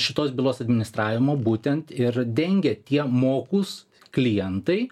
šitos bylos administravimo būtent ir dengia tie mokūs klientai